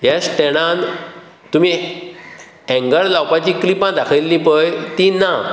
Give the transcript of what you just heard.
ह्या स्टॅण्डांत तुमी हँगर लावपाचीं क्लिपां दाखयिल्लीं पळय तीं नात